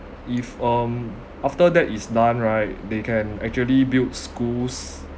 if um after that is done right they can actually build schools